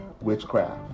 witchcraft